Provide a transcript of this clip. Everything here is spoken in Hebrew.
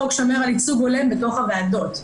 חוק ייצוג הולם בתוך הוועדות,